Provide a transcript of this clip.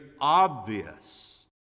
obvious